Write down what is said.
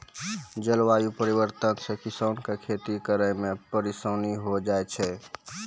जलवायु परिवर्तन से किसान के खेती करै मे परिसानी होय जाय छै